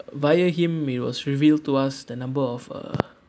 via him it was revealed to us the number of uh